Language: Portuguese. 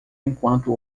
enquanto